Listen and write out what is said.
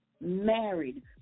married